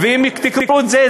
ואם תקראו את זה,